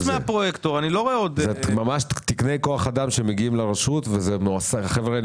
זה ממש תקני כוח אדם שמגיעים לרשות והחבר'ה האלה